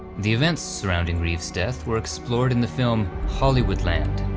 the events surrounding reeves death were explored in the film hollywoodland,